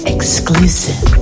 Exclusive